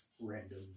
random